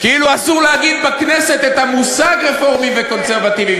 כאילו אסור להגיד בכנסת את המושג רפורמים וקונסרבטיבים.